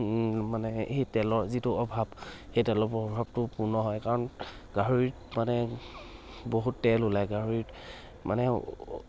মানে সেই তেলৰ যিটো অভাৱ সেই তেলৰ অভাৱটো পূৰ্ণ হয় কাৰণ গাহৰিত মানে বহুত তেল ওলায় গাহৰিত মানে